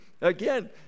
Again